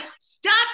stop